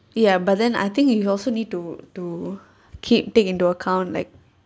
ya but then I think you also need to to keep take into account like